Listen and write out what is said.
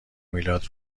میلاد